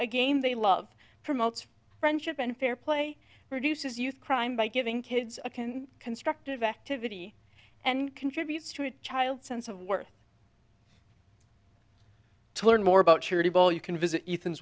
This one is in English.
a game they love promotes friendship and fair play reduces youth crime by giving kids a can constructive activity and contributes to a child's sense of worth to learn more about charity ball you can visit ethan